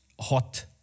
hot